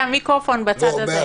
אני מסתכלת עליך כי המיקרופון בצד הזה.